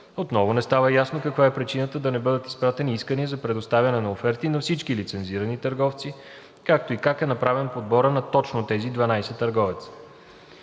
Отново не става ясно каква е причината да не бъдат изпратени искания за предоставяне на оферти на всички лицензирани търговци, както и как е направен подборът на точно тези 12 търговци.